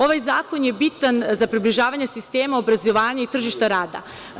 Ovaj zakon je bitan za približavanje sistema obrazovanja i tržišta rada.